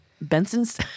benson's